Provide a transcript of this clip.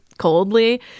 coldly